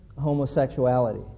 homosexuality